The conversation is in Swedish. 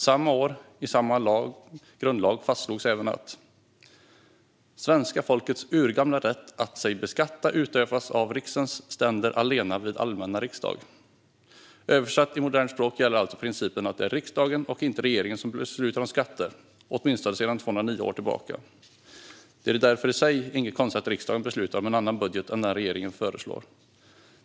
Samma år, i samma grundlag, fastslogs även att "Svenska folkets urgamla rätt att sig beskatta utöfvas af riksens ständer allena vid allmän riksdag". Översatt till modernt språk gäller alltså principen att det är riksdagen och inte regeringen som beslutar om skatter, åtminstone sedan 209 år tillbaka. Det är därför i sig inget konstigt att riksdagen beslutar om en annan budget än den regeringen föreslår.